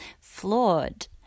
flawed